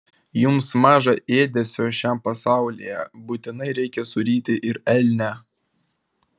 jums maža ėdesio šiam pasaulyje būtinai reikia suryti ir elnią